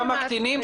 כמה קטינים